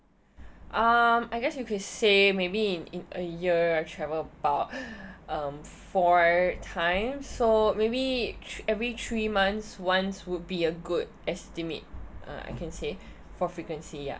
um I guess you could say maybe in in a year I travel about um four time so maybe three every three months once would be a good estimate uh I can say for frequency ya